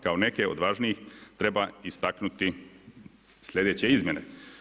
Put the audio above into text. Kao neke od važnijih treba istaknuti sljedeće izmjene.